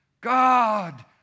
God